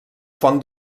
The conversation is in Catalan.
font